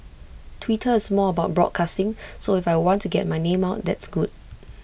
Twitter is more about broadcasting so if I want to get my name out that's good